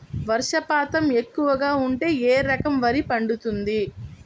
వర్షపాతం ఎక్కువగా ఉంటే ఏ రకం వరి పండుతుంది?